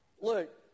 Look